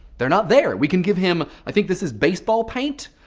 they're not there. we can give him, i think this is baseball paint,